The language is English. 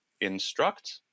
instruct